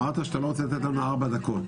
אמרת שאתה לא רוצה לתת לנו ארבע דקות,